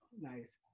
nice